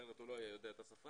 אחרת הוא לא היה יודע את השפה,